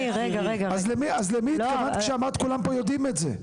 אז למי התכוונת כשאמרת שכולם פה יודעים את זה?